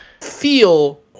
feel